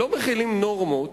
לא מחילים נורמות